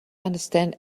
understand